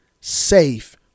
safe